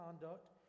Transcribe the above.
conduct